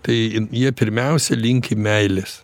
tai jie pirmiausia linki meilės